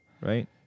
right